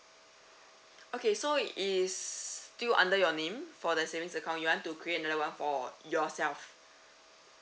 okay so is still under your name for the savings account you want to create another one for yourself